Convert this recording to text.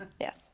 Yes